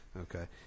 Okay